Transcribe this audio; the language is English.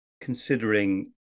considering